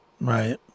Right